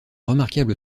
remarquable